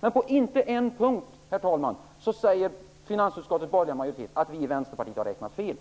Men inte på någon punkt säger finansutskottets borgerliga majoritet att vi i Vänsterpartiet har räknat fel.